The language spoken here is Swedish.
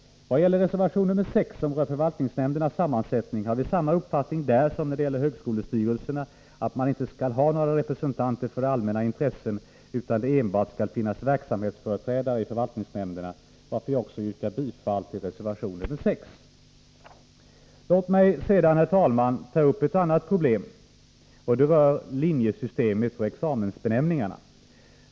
Vad gäller reservation nr 6, som rör förvaltningsnämndernas sammansättning, har vi samma uppfattning som när det gäller högskolestyrelserna, att man där inte skall ha några representanter för allmänna intressen utan att det enbart skall finnas verksamhetsföreträdare i förvaltningsnämnderna. Jag yrkar därför också bifall till reservation nr 6. Låt mig sedan, herr talman, ta upp ett annat problem, som rör linjesystemet och examensbenämningar.